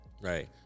Right